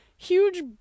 huge